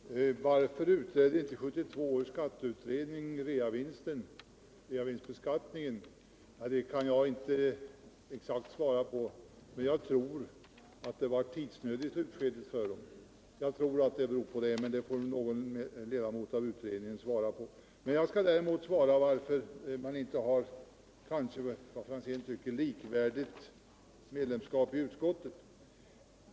Herr talman! Varför utredde inte 1972 års skatteutredning realisationsvinstbeskattningen? frågade Tommy Franzén. Jag kan inte ge något exakt svar, men jag tror att utredningens ledamöter i slutskedet råkade i tidsnöd. Någon ledamot av utredningen får väl upplysa om saken. Däremot skall jag svara på frågan varför man inte, som herr Franzén kanske tycker, har likvärdigt medlemskap i utskott.